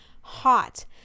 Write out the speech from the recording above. hot